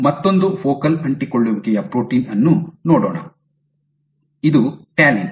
ಮತ್ತೊಂದು ಫೋಕಲ್ ಅಂಟಿಕೊಳ್ಳುವಿಕೆಯ ಪ್ರೋಟೀನ್ ಅನ್ನು ನೋಡೋಣ ಇದು ಟ್ಯಾಲಿನ್